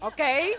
Okay